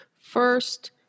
First